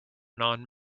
non